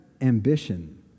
ambition